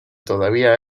todavía